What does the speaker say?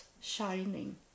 shining